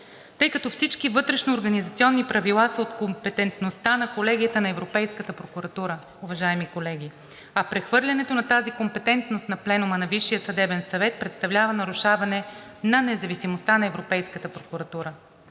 тъй като всички вътрешноорганизационни правила са от компетентността на Колегията на Европейската прокуратура, уважаеми колеги, а прехвърлянето на тази компетентност на Пленума на Висшия съдебен съвет представлява нарушаване на независимостта на Европейската прокуратура.